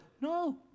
no